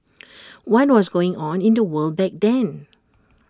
why was going on in the world back then